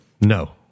no